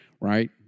right